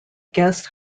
guest